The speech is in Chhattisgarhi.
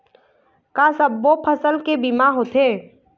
का सब्बो फसल के बीमा होथे?